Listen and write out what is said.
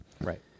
Right